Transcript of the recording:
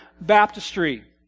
baptistry